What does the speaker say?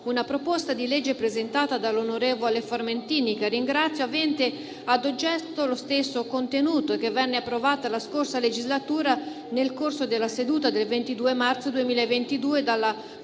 una proposta di legge presentata dall'onorevole Formentini, che ringrazio, avente ad oggetto lo stesso contenuto, che venne approvata la scorsa legislatura, nel corso della seduta del 22 marzo 2022, dalla Commissione